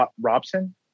robson